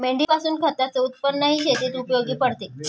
मेंढीपासून खताच उत्पन्नही शेतीत उपयोगी पडते